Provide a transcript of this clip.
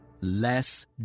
Less